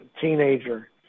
teenager